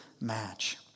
match